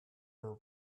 were